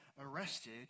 arrested